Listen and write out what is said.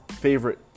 favorite